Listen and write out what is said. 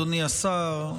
אדוני השר,